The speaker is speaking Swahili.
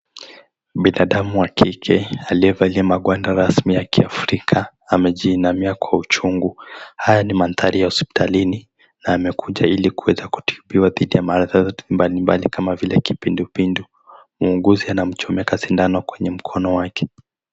Binadamu wa kike aliyevaa magwanda rasmi ya Kiafrika amejiinamia kwa uchungu. Haya ni mandhari ya hospitalini na amekuja ili kuweza kutibiwa dhidi ya maradhi mbalimbali kama vile kipindupindu. Muuguzi anamchomeka sindano kwenye mkono wake.